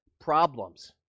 problems